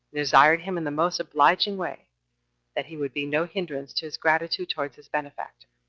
desired him in the most obliging way that he would be no hinderance to his gratitude towards his benefactor.